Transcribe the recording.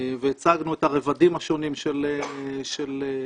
והצגנו את הרבדים השונים של השקיפות,